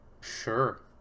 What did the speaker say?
Sure